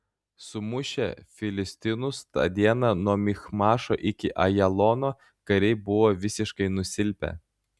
sumušę filistinus tą dieną nuo michmašo iki ajalono kariai buvo visiškai nusilpę